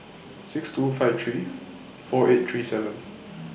six two five three four eight three seven